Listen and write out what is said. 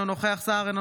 אינו נוכח גדעון סער,